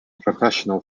professional